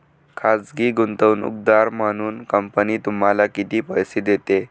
खाजगी गुंतवणूकदार म्हणून कंपनी तुम्हाला किती पैसे देते?